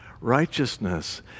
Righteousness